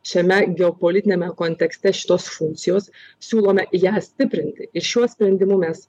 šiame geopolitiniame kontekste šitos funkcijos siūlome ją stiprinti ir šiuo sprendimu mes